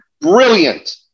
brilliant